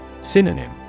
Synonym